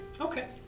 Okay